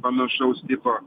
panašaus tipo